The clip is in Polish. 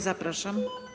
Zapraszam.